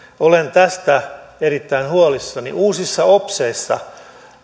olen tästä erittäin huolissani uusissa opseissa